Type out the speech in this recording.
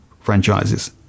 Franchises